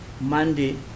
Monday